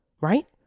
right